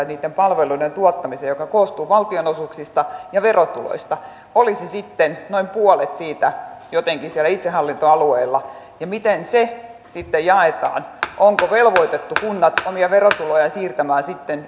niitten palveluiden tuottamiseen ja joka koostuu valtionosuuksista ja verotuloista olisi sitten noin puolet siitä jotenkin siellä itsehallintoalueella ja miten se sitten jaetaan onko velvoitettu kunnat omia verotulojaan siirtämään sitten